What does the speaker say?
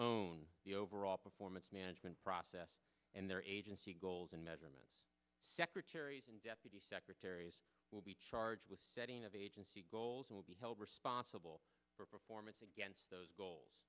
own the overall performance man different process and their agency goals and measurement secretaries and deputy secretaries will be charged with setting of agency goals will be held responsible for performance against those goals